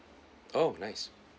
oh nice